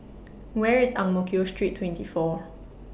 Where IS Ang Mo Kio Street twenty four